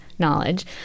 knowledge